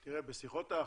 בשיחות ההכנה,